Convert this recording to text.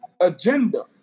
agenda